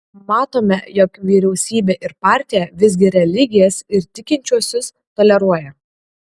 matome jog vyriausybė ir partija visgi religijas ir tikinčiuosius toleruoja